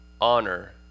Honor